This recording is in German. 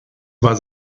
war